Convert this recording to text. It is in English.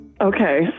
Okay